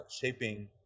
shaping